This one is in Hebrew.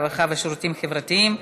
הרווחה והשירותים החברתיים,